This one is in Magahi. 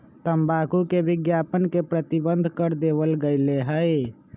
तंबाकू के विज्ञापन के प्रतिबंध कर देवल गयले है